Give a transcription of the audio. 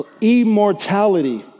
immortality